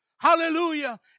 Hallelujah